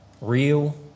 real